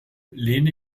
lehne